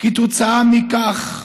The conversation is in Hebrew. כתוצאה מכך.